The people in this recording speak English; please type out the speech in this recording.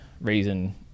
reason